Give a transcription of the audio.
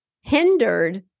hindered